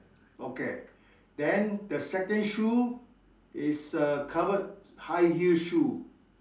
okay then the second shoe is uh covered high heels shoe